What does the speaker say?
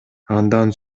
андан